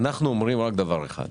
אנחנו אומרים רק דבר אחד,